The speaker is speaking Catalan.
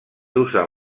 usen